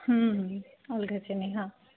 ଅଲଗା ଚିନି ହଁ